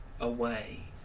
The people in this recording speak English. away